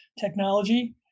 technology